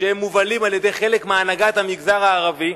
שהם מובלים אליו על-ידי חלק מהנהגת המגזר הערבי,